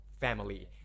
family